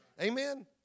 amen